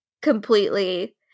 completely